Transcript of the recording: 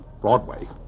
Broadway